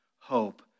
hope